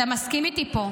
אתה מסכים איתי פה.